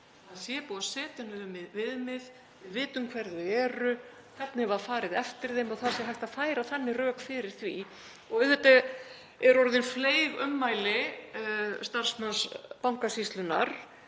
það sé búið að setja niður viðmið, við vitum hver þau eru, hvernig var farið eftir þeim og það sé hægt að færa þannig rök fyrir því. Og auðvitað eru orðin fleyg ummæli starfsmanns Bankasýslunnar